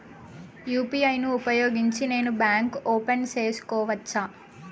UPI ను ఉపయోగించి నేను బ్యాంకు ఓపెన్ సేసుకోవచ్చా?